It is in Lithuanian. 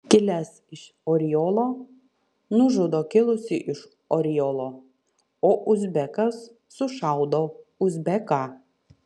kilęs iš oriolo nužudo kilusį iš oriolo o uzbekas sušaudo uzbeką